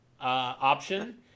option